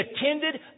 attended